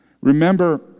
Remember